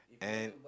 and